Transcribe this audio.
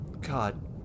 God